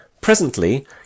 presently